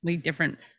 different